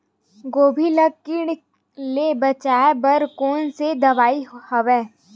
गोभी ल कीट ले बचाय बर कोन सा दवाई हवे?